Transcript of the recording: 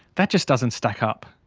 that just doesn't stack up.